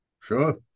Sure